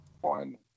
one